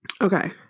Okay